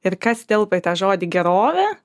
ir kas telpa į žodį gerovė